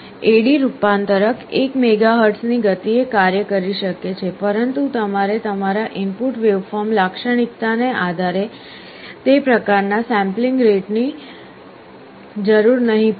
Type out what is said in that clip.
AD રૂપાંતરક 1 મેગાહર્ટઝની ગતિએ કાર્ય કરી શકે છે પરંતુ તમારે તમારા ઇનપુટ વેવફોર્મ લાક્ષણિકતાને આધારે તે પ્રકારના સેમ્પલિંગ રેટ ની જરૂર નહીં પડે